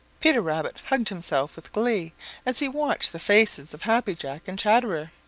peter rabbit hugged himself with glee as he watched the faces of happy jack and chatterer.